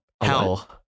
hell